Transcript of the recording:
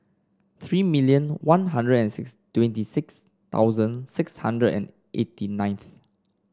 three million One Hundred and six twenty six thousand six hundred and eighty ninth